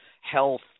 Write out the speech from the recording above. health